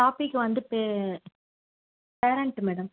topic வந்து பே parent madam